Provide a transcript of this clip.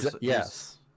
Yes